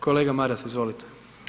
Kolega Maras izvolite.